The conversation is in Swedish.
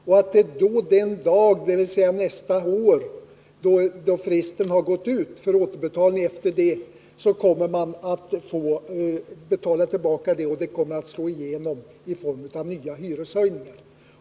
Då fristen har gått ut, dvs. nästa år, är man tvungen att betala tillbaka lånen, vilket kommer att slå igenom i form av nya hyreshöjningar.